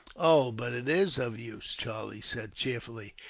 oh, but it is of use, charlie said cheerfully.